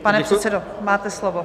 Pane předsedo, máte slovo.